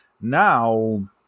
Now